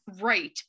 right